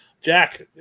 Jack